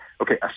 okay